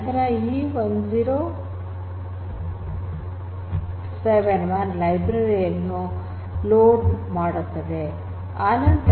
ನಂತರ ಇ1071 ಲೈಬ್ರರಿ ಯು ಲೋಡ್ ಆಗುತ್ತದೆ ಅನಂತರ